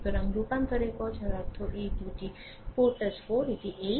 সুতরাং রূপান্তরের পরে যার অর্থ এই দুটি 4 4 এটি 8